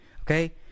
okay